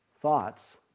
thoughts